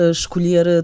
escolher